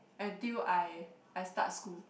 until I I start school